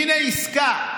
הינה עסקה: